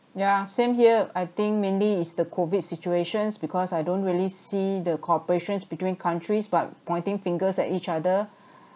yeah same here I think mainly it's the COVID situations because I don't really see the cooperations between countries but pointing fingers at each other